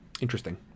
interesting